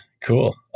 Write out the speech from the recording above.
cool